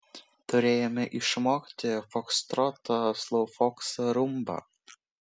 turėjome išmokti fokstrotą sloufoksą rumbą